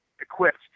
equipped